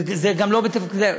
זה גם לא בתפקידי,